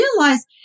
realize